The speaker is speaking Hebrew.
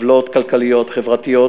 עוולות כלכליות חברתיות,